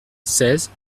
seize